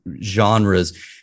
genres